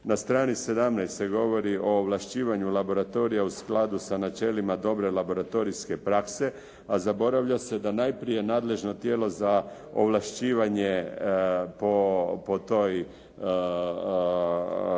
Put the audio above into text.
Na strani 17 se govori o ovlašćivanju laboratorija u skladu sa načelima dobre laboratorijske prakse, a zaboravlja se da najprije nadležno tijelo za ovlašćivanje po tom sustavu